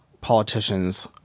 politicians